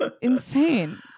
Insane